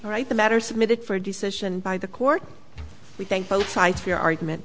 write the matter submitted for decision by the court we thank both sides of your argument